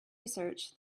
research